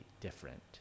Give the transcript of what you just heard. different